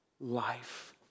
life